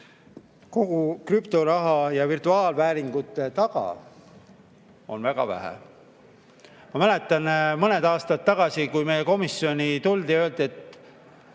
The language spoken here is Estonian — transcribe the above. kogu krüptoraha ja virtuaalvääringute taga, on väga vähe. Ma mäletan, et mõned aastad tagasi tuldi meie komisjoni ja öeldi, et